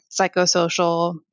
psychosocial